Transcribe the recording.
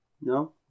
No